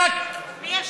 תופסק, מי אשם?